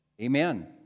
Amen